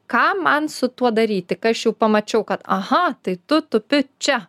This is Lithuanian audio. ką man su tuo daryti kai aš jau pamačiau kad aha tai tu tupi čia